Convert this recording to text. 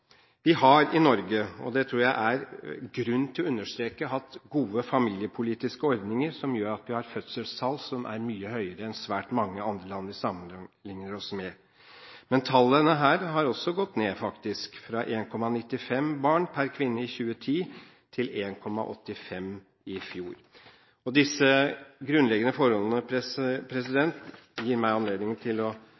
Vi har i Norge – og det tror jeg det er grunn til å understreke – hatt gode familiepolitiske ordninger som gjør at vi har fødselstall som er mye høyere enn de er i svært mange andre land som vi sammenlikner oss med. Men tallene her har også gått ned, fra 1,95 barn per kvinne i 2010 til 1,85 i fjor. Disse grunnleggende forholdene